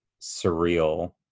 surreal